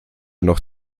noch